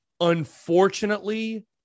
unfortunately